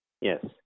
Yes